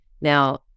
Now